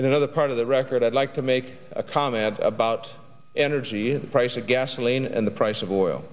in another part of the record i'd like to make a comment about energy the price of gasoline and the price of oil